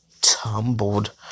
tumbled